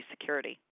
security